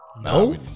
No